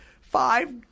five